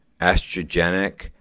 estrogenic